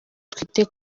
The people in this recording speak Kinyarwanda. twite